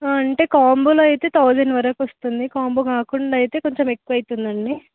అంటే కాంబోలో అయితే థౌజెండ్ వరకు వస్తుంది కాంబో కాకుండా అయితే కొంచెం ఎక్కువ అవుతుంది